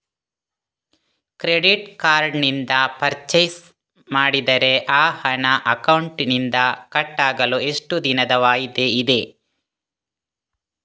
Credit card ನಿಂದ purchase ಮಾಡಿದರೆ ಆ ಹಣ ಅಕೌಂಟಿನಿಂದ ಕಟ್ ಆಗಲು ಎಷ್ಟು ದಿನದ ವಾಯಿದೆ ಇದೆ?